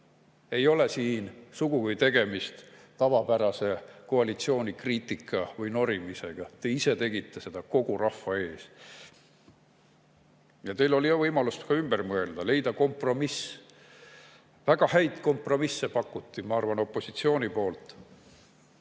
ei ole siin sugugi tegemist tavapärase koalitsiooni kriitika või norimisega. Te ise tegite seda kogu rahva ees. Teil oli ju võimalus ka ümber mõelda, leida kompromiss. Väga häid kompromisse pakuti, ma arvan, opositsiooni poolt. Võtame